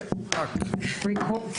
הישיבה נעולה.